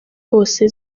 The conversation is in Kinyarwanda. hose